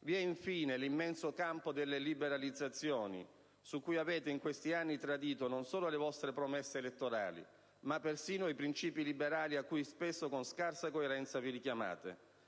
Vi è, infine, l'immenso campo delle liberalizzazioni, su cui avete in questi anni tradito non solo le vostre promesse elettorali, ma persino i principi liberali a cui spesso, con scarsa coerenza, vi richiamate.